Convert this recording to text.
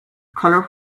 color